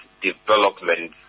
development